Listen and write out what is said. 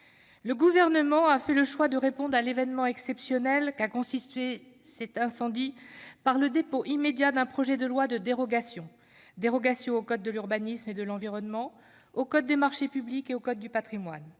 Le Gouvernement a fait le choix de répondre à l'événement exceptionnel qu'a constitué cet incendie par le dépôt immédiat d'un projet de loi de dérogations : dérogations au code de l'urbanisme et de l'environnement, au code des marchés publics et au code du patrimoine.